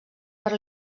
per